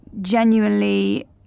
genuinely